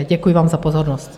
Děkuji vám za pozornost.